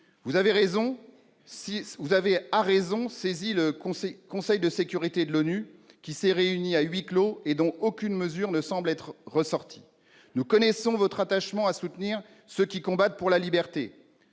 vous avez à raison saisi le Conseil de sécurité de l'ONU, qui s'est réuni à huis clos mais dont aucune mesure ne semble être sortie. Nous connaissons votre attachement à soutenir ceux qui combattent pour la liberté.